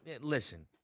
listen